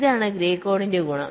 ഇതാണ് ഗ്രേ കോഡിന്റെ ഗുണം